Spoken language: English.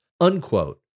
unquote